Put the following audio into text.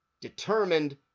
determined